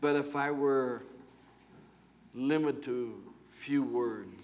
but if i were limited to a few word